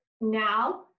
now